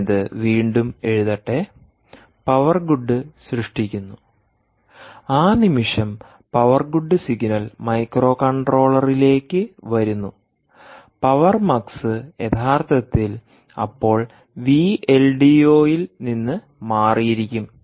ഞാൻ ഇത് വീണ്ടും എഴുതട്ടെ പവർ ഗുഡ് സൃഷ്ടിക്കുന്നു ആ നിമിഷം പവർ ഗുഡ് സിഗ്നൽമൈക്രോകൺട്രോളറിലേക്ക് വരുന്നു പവർ മക്സ് യഥാർത്ഥത്തിൽ അപ്പോൾ വി എൽ ഡി ഒ ൽ നിന്ന് മാറിയിരിക്കും